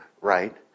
right